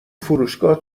فروشگاه